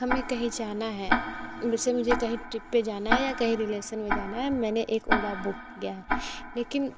हमें कहीं जाना है वैसे मुझे कहीं ट्रिप पर जाना है या कहीं रिलेशन में जाना है मैंने एक ओला बुक किया है लेकिन